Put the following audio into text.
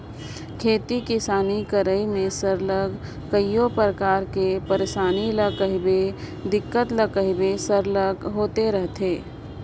खेती किसानी करई में सरलग कइयो परकार कर पइरसानी ल कहबे दिक्कत ल कहबे सरलग होते रहथे